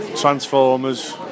Transformers